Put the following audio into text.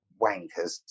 wankers